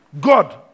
God